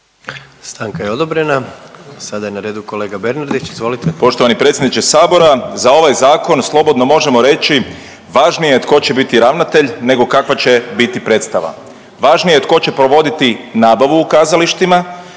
Stanka je odobrena. Sada je na redu kolega Bernardić, izvolite. **Bernardić, Davor (Socijaldemokrati)** Poštovani predsjedniče Sabora. Za ovaj zakon slobodno možemo reći važnije je tko će biti ravnatelj nego kakva će biti predstava, važnije je tko će provoditi nabavu u kazalištima